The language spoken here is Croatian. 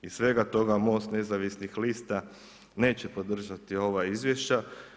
Iz svega toga Most nezavisnih lista, neće podržati ova izvješća.